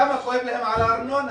כמה כואב להם על הארנונה.